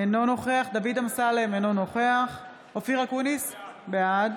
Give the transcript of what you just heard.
אינו נוכח דוד אמסלם, אינו נוכח אופיר אקוניס, בעד